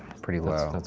pretty low.